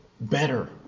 better